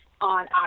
on